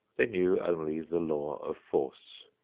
they knew only the law of force.